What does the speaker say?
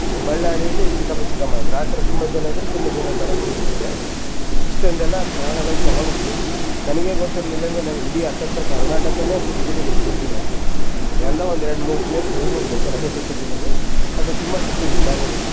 ಬಳ್ಳಾರಿಯಲ್ಲಿ ಚಿಕ್ಕಪ್ಪ ಚಿಕ್ಕಮ್ಮ ಇದ್ದರು ಆ ಥರ ತುಂಬ ಜನ ಇದ್ದರು ತುಂಬ ಜನರ ಮನೆಗೆ ಹೋಗ್ತಿದ್ದೆ ಇಷ್ಟೊಂದೆಲ್ಲ ಪ್ರಯಾಣಗಳು ತೊಗೊಂಡಿದ್ದೀನಿ ನನಗೇ ಗೊತ್ತಿರ್ಲಿಲ್ಲಂಗೆ ನಾನಿಡೀ ಹತ್ತತ್ರ ಕರ್ನಾಟಕನೇ ಸುತ್ಬಿಟ್ಟಿದ್ದೀನಿ ಪೂರ್ತಿ ನಾನು ಎಲ್ಲೋ ಒಂದೆರಡು ಮೂರು ಪ್ಲೇಸ್ ಉಳಿದಿರಬೇಕು ನನಗೆ ಗೊತ್ತಿರ್ಲಿಲ್ಲದೆ ಆದರೆ ತುಂಬ ಸುತ್ತಿದ್ದೀನಿ ಬಾಲ್ಯದಲ್ಲಿ